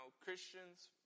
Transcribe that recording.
Christians